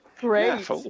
Great